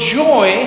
joy